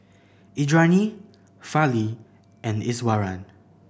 Indranee Fali and Iswaran